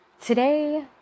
today